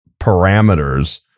parameters